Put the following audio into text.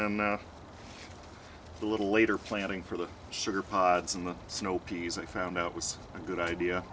then a little later planning for the sugar pods in the snow peas i found out was a good idea